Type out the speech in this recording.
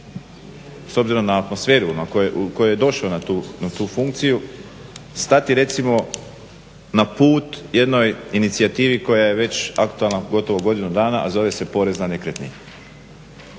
s obzirom na atmosferu u kojoj je došao na tu funkciju stati recimo na put jednoj inicijativi koja je već aktualna gotovo godinu dana, a zove se porez na nekretnine.